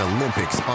Olympics